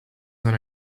than